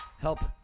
help